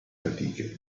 fatiche